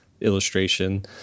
illustration